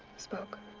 spoke